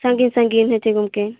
ᱥᱟᱺᱜᱤᱧ ᱥᱟᱺᱜᱤᱧ ᱦᱮᱸᱥᱮ ᱜᱚᱢᱠᱮ